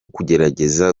kugerageza